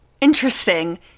interesting